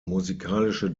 musikalische